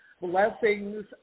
blessings